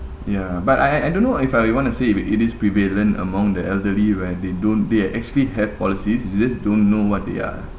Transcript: ya but I I I don't know if I you want to say w~ it is prevalent among the elderly where they don't they actually have policies they just don't know what they are